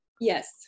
Yes